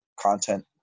content